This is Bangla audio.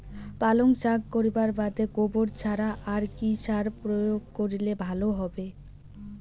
পালং শাক করিবার বাদে গোবর ছাড়া আর কি সার প্রয়োগ করিলে ভালো হবে?